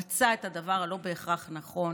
ומצא את הדבר הלא-בהכרח נכון.